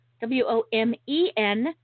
W-O-M-E-N